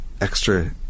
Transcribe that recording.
extra